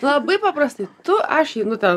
labai paprastai tu aš einu ten